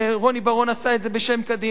רוני בר-און עשה את זה בשם קדימה.